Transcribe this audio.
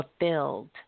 fulfilled